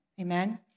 Amen